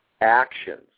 Actions